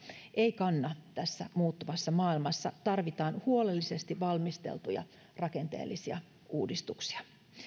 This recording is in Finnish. ei kanna tässä muuttuvassa maailmassa tarvitaan huolellisesti valmisteltuja rakenteellisia uudistuksia